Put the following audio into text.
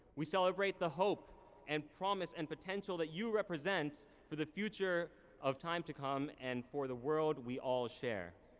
we celebrate the hope and promise and potential that you represent for the future of time to come and for the world we all share.